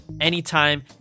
anytime